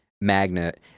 magnet